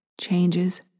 changes